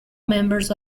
members